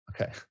Okay